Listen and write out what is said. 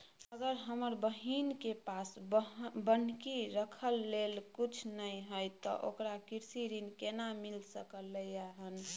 अगर हमर बहिन के पास बन्हकी रखय लेल कुछ नय हय त ओकरा कृषि ऋण केना मिल सकलय हन?